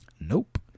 Nope